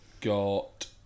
got